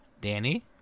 Danny